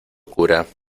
cura